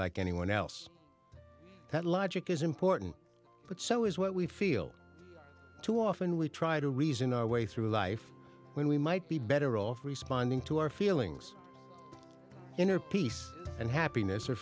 anyone else that logic is important but so is what we feel too often we try to reason our way through life when we might be better off responding to our feelings inner peace and happiness or